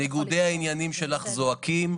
ניגודי העניינים שלך זועקים,